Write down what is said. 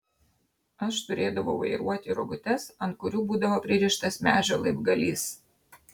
aš turėdavau vairuoti rogutes ant kurių būdavo pririštas medžio laibgalys